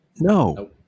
No